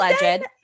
alleged-